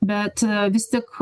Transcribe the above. bet vis tik